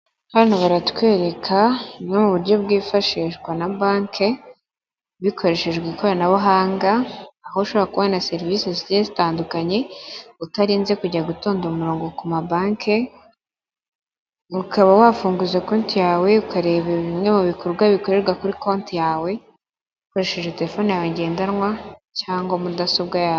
Hano baratwereka bumwe mu buryo bwifashishwa na banki bikoreshejwe ikoranabuhanga aho ushobora kubona serivisi zitandukanye utarinze kujya gutonda umurongo ku ma banki. Ukaba wafunguza konti yawe ukareba bimwe mu bikorwa bikorerwa kuri konti yawe ukoresheje terefone yawe ngendanwa cyangwa mudasobwa yawe.